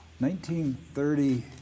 1930